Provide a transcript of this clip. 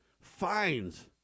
fines